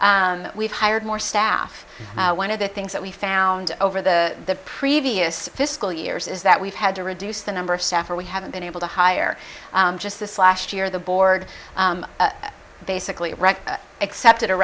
we've hired more staff one of the things that we found over the previous fiscal years is that we've had to reduce the number of staff or we haven't been able to hire just this last year the board basically accepted a